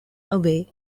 away